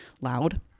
loud